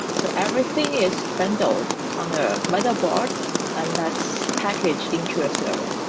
so everything is spent out on their motherboard and that's packaged into a server.